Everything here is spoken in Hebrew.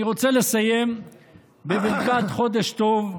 אני רוצה לסיים בברכת חודש טוב.